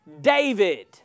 David